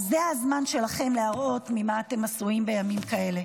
זה הזמן שלכם להראות ממה אתם עשויים בימים כאלה.